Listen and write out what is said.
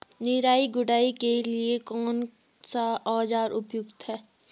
निराई गुड़ाई के लिए कौन सा औज़ार उपयुक्त है?